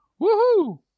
Woohoo